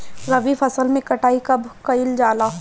रबी फसल मे कटाई कब कइल जाला?